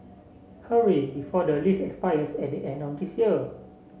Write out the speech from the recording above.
hurry before the lease expires at the end of this year